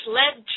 led